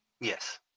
Yes